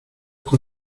con